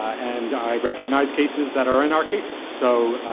and i recognize cases that are in our casebook. so,